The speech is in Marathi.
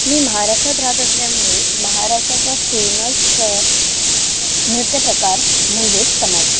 मी महाराष्ट्रात रहात असल्यामुळे महाराष्ट्राचा फेमस नृत्य प्रकार म्हणजेच तमाशा